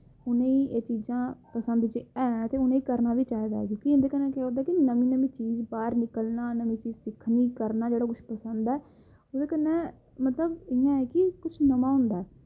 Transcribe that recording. उ'नें एह् चीजां पसंद ऐ ते है ते उ'नें करना बी चाहिदा फ्ही उं'दे कन्नै केह् होंदा कि नमीं नमीं चीजां बाह्र निकलना मतलब कि करना जेह्ड़ी किश पसंद ऐ ओह्दे कन्नै मतलब कि किश नमां होंदा